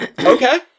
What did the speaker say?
Okay